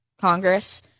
Congress